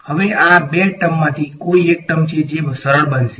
હવે આ બે ટર્મમાથી કોઈ એક ટર્મ છે જે સરળ બને છે